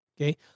okay